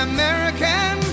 American